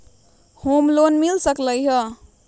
Home loan मिल सकलइ ह?